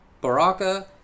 Baraka